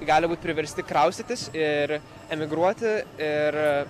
gali būt priversti kraustytis ir emigruoti ir